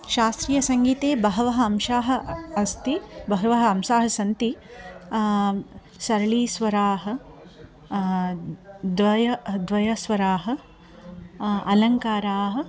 शास्त्रीयसङ्गीते बहवः अंशाः अस्ति बहवः अंशाः सन्ति सरलीस्वराः द्वे द्वेस्वराः अलङ्काराः